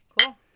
Cool